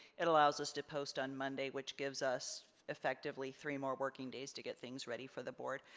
it allows us to post on monday, which gives us effectively three more working days to get things ready for the board.